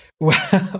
Wow